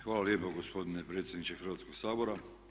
Hvala lijepo gospodine predsjedniče Hrvatskoga sabora.